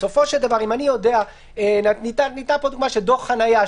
ניתנה פה דוגמה של דוח חניה,